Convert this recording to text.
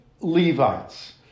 Levites